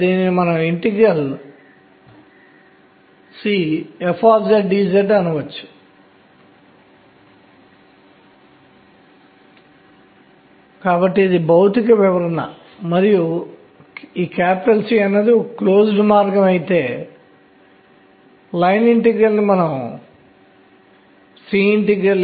దీనితో మనం ఊహించే పరమాణు నిర్మాణం పీరియాడిక్ టేబుల్ ఆవర్తన పట్టిక మరియు పరమాణువుల స్పెక్ట్రా వర్ణపటాలు మొదలైనవాటిని వివరించగలగాలి